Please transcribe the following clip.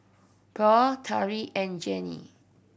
Purl Tariq and Janie